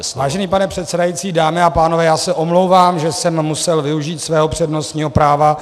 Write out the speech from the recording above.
Vážený pane předsedající, dámy a pánové, já se omlouvám, že jsem musel využít svého přednostního práva.